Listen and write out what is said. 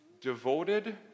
Devoted